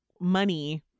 money